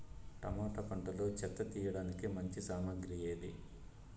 Tomato పంటలో చెత్త తీయడానికి మంచి సామగ్రి ఏది?